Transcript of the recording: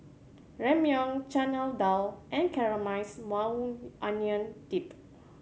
Ramyeon Chana Dal and Caramelized Maui Onion Dip